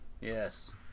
Yes